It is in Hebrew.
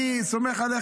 אני סומך עליו,